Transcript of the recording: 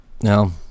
No